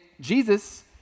Jesus